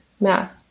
math